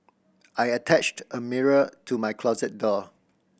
I attached a mirror to my closet door